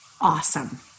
Awesome